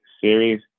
series